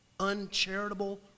uncharitable